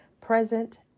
present